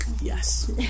Yes